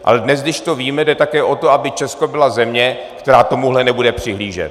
Ale dnes, když to víme, jde také o to, aby Česko byla země, která tomuhle nebude přihlížet.